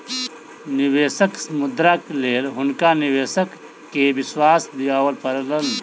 निवेशक मुद्राक लेल हुनका निवेशक के विश्वास दिआबय पड़लैन